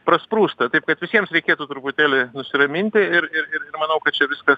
prasprūsta taip kad visiems reikėtų truputėlį nusiraminti ir ir ir manau kad čia viskas